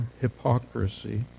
hypocrisy